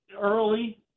early